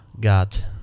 got